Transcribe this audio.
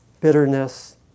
bitterness